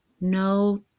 no